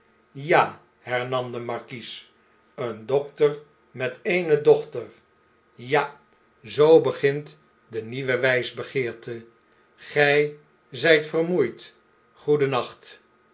ja hernam de markies een dokter met eene dochter ja zoo begint de nieuwe wijsbegeerte gy zyt vermoeid